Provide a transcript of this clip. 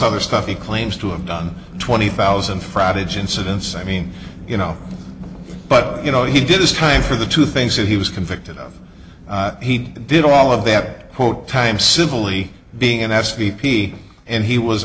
other stuff he claims to have done twenty thousand frottage incidents i mean you know but you know he did his time for the two things that he was convicted of he did all of that quote time simply being in s p p and he was